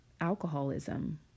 alcoholism